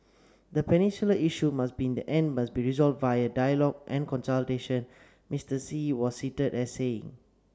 the peninsula issue must be in the end be resolved via dialogue and consultation Mister Xi was as saying